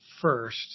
first